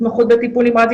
התמחות בטיפול נמרץ,